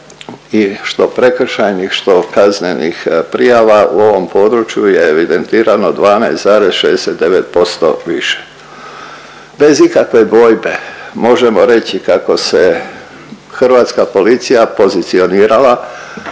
i što prekršajnih što kaznenih prijava u ovom području je evidentirano 12,69% više. Bez ikakve dvojbe možemo reći kako se Hrvatska policija pozicionirala